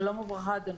שלום וברכה, אדוני.